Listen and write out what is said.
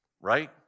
right